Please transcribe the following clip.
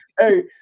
hey